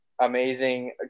Amazing